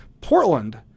portland